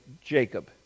Jacob